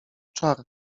czar